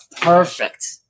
Perfect